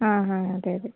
ಹಾಂ ಹಾಂ ಅದೇ ಅದೇ